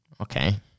Okay